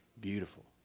beautiful